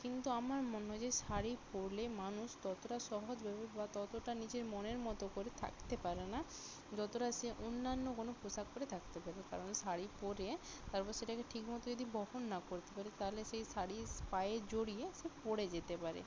কিন্তু আমার মনে হয় যে শাড়ি পরলে মানুষ ততোটা সহজভাবে বা ততোটা নিজের মনের মতো করে থাকতে পারে না যতোটা সে অন্যান্য কোনো পোশাক পরে থাকতে পারে কারণ শাড়ি পরে তারপর সেটাকে ঠিক মতো যদি বহন না করতে পারে তাহলে সেই শাড়ি পায়ে জড়িয়ে সে পড়ে যেতে পারে